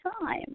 time